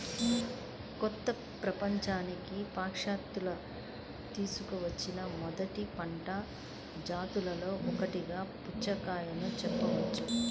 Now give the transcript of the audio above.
కొత్త ప్రపంచానికి పాశ్చాత్యులు తీసుకువచ్చిన మొదటి పంట జాతులలో ఒకటిగా పుచ్చకాయను చెప్పవచ్చు